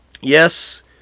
yes